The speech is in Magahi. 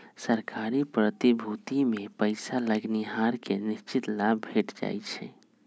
सरकारी प्रतिभूतिमें पइसा लगैनिहार के निश्चित लाभ भेंट जाइ छइ